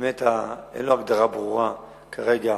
שבאמת אין לו הגדרה ברורה כרגע,